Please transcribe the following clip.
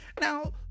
Now